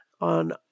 On